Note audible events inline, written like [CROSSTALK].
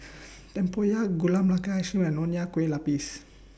Tempoyak Gula [UNINTELLIGIBLE] and Nonya Kueh Lapis